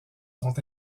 sont